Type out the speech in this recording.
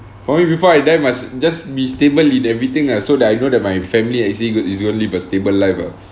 probably before I die must just be stable in everything lah so that I know that my family actually good is gonna live a stable life ah